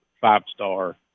five-star